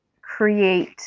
create